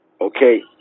Okay